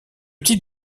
type